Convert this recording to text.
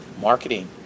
Marketing